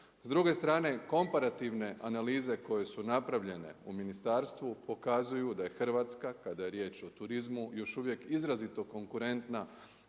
S druge strane, komparativne analize koje su napravljene u ministarstvu pokazuju da je Hrvatska kada je riječ o turizmu još uvijek izrazito konkurentna